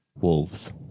Wolves